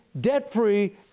debt-free